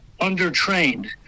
under-trained